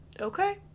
okay